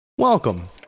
Welcome